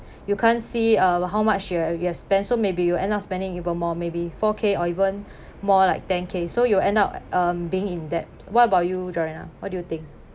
you can't see um how much you're you've spend maybe you end up spending even more maybe four K or even more like ten K you so you end up um being in debt what about you joanna what do you think